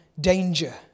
danger